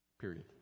period